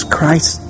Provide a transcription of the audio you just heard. Christ